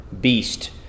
beast